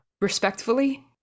Respectfully